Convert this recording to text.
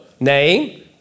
name